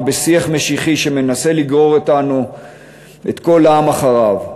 בשיח משיחי שמנסה לגרור את כל העם אחריו.